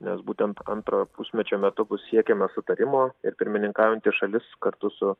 nes būtent antrojo pusmečio metu bus siekiama sutarimo ir pirmininkaujanti šalis kartu su